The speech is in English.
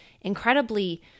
incredibly